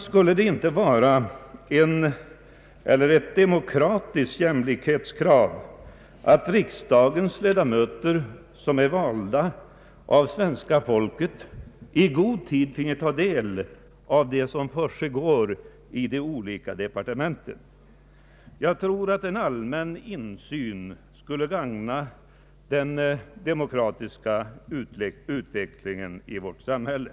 Skulle det inte vara ett demokratiskt jämlikhetskrav att riks dagens ledamöter, som är valda av svenska folket, i god tid finge ta del av det som försiggår i de olika departementen? Jag tror att en allmän insyn skulle gagna den demokratiska utvecklingen i vårt samhälle.